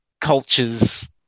cultures